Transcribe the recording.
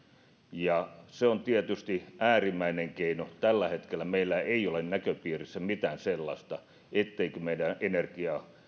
ja se on tietysti äärimmäinen keino tällä hetkellä meillä ei ole näköpiirissä mitään sellaista etteikö meidän energia